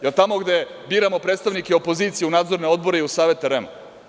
Jel tamo gde biramo predstavnike opozicije u nadzorne odbore i u Savet REM?